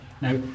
now